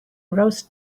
roast